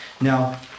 Now